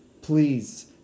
Please